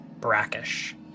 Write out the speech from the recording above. brackish